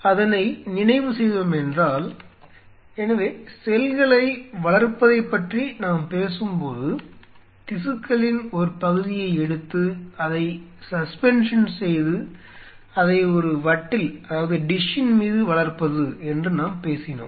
அதனை நினைவுசெய்தொமேன்றால் எனவே செல்களை வளர்ப்பதைப் பற்றி நாம் பேசும்போது திசுக்களின் ஒரு பகுதியை எடுத்து அதை சஸ்பென்ஷன் செய்து அதை ஒரு வட்டிலின் மீது வளர்ப்பது என்று நாம் பேசினோம்